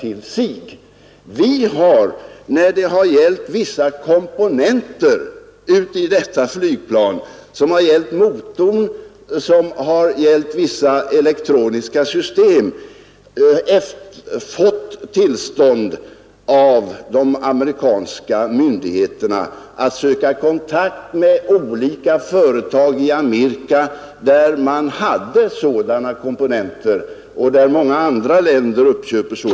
I fråga om vissa komponenter i Viggen, som gäller motorn och vissa elektroniska system, har vi av de amerikanska myndigheterna fått tillstånd att söka kontakt med olika företag i Amerika, vilka arbetar med och även säljer sådana komponenter till många andra länder.